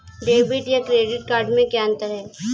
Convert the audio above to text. Debit या credit card में क्या अन्तर है?